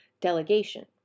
delegation